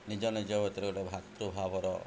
ନିଜ ନିଜ ଭିତରେ ଗୋଟେ ଭାତୃଭାବର